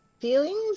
feelings